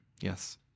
yes